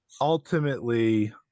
ultimately